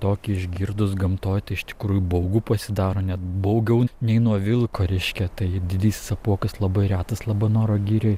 tokį išgirdus gamtoj tai iš tikrųjų baugu pasidaro net baugiau nei nuo vilko reiškia tai didysis apuokas labai retas labanoro girioj